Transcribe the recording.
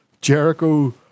Jericho